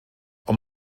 ond